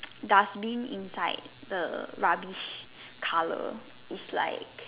dustbin inside the rubbish colour is like